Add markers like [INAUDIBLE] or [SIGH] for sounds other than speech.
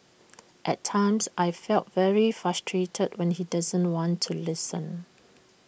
at times I feel very frustrated when he doesn't want to listen [NOISE]